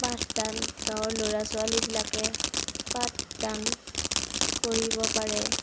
পাঠদান গাঁৱৰ ল'ৰা ছোৱালীবিলাকে পাঠদান কৰিব পাৰে